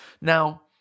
Now